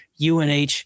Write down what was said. UNH